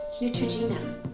Neutrogena